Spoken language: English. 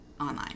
online